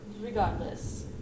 Regardless